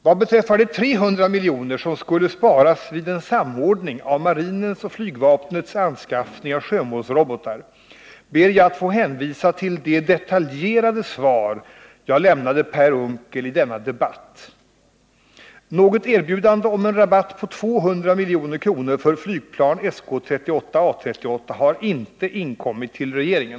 Vad beträffar de 300 milj.kr. som skulle sparas vid en samordning av marinens och flygvapnets anskaffning av sjömålsrobotar ber jag att få hänvisa till de detaljerade svar jag lämnade Per Unckel i denna debatt. Något erbjudande om en rabatt på 200 milj.kr. för flygplan SK 38/A 38 har inte inkommit till regeringen.